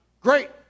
Great